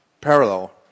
parallel